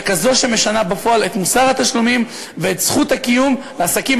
אלא כזו שמשנה בפועל את מוסר התשלומים ואת זכות הקיום לעסקים